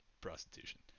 prostitution